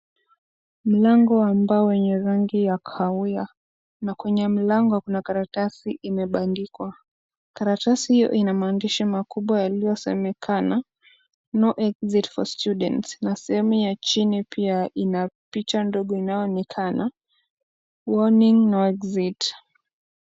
Mlango wa mbao wenye rangi ya kahawia, na kwenye mlango kuna karatasi imebandikwa. Karatasi hiyo ina maandishi makubwa yaliyosomekana, (cs) no exit for student(cs) na sehemu ya chini pia inapicha ndogo inaonekana (cs) warning no exit (cs).